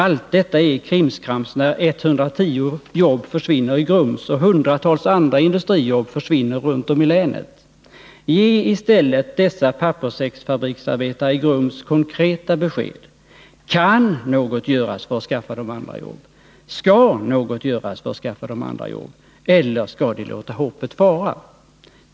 Allt detta är krimskrams när 110 jobb försvinner i Grums och hundratals andra industrijobb försvinner runt om i länet. Ge i stället dessa papperssäcksfabriksarbetare i Grums konkreta besked! Kan något göras för att skaffa dem andra jobb, skall något göras för att skaffa dem andra jobb, eller skall de låta hoppet fara?